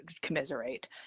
commiserate